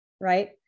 right